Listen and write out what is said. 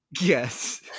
yes